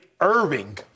Irving